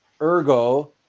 Ergo